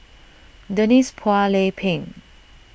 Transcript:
Denise Phua Lay Peng